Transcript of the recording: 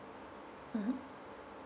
mmhmm